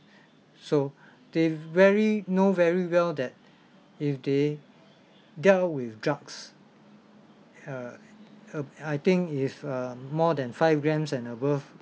so they've very know very well that if they dealt with drugs uh uh I think if err more than five grams and above